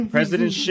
President